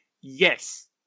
yes